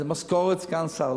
משכורת סגן שר.